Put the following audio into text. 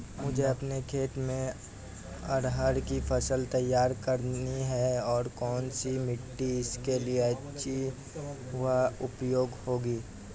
मुझे अपने खेत में अरहर की फसल तैयार करनी है और कौन सी मिट्टी इसके लिए अच्छी व उपजाऊ होगी?